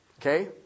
okay